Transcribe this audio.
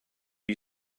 you